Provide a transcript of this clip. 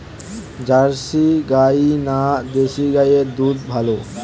Jersey গাই না দেশী গাইয়ের দুধ ভালো?